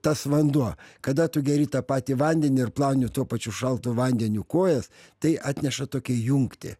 tas vanduo kada tu geri tą patį vandenį ir plauni tuo pačiu šaltu vandeniu kojas tai atneša tokią jungtį